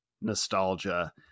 nostalgia